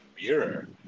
mirror